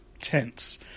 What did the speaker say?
tense